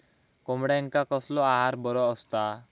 कोंबड्यांका कसलो आहार बरो असता?